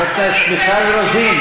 חברת הכנסת מיכל רוזין,